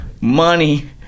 money